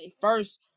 first